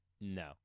No